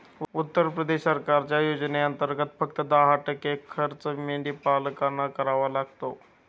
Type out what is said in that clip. उत्तर प्रदेश सरकारच्या योजनेंतर्गत, फक्त दहा टक्के खर्च मेंढीपालकांना करावा लागतो